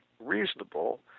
reasonable